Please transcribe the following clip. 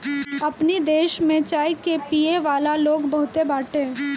अपनी देश में चाय के पियेवाला लोग बहुते बाटे